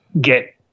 get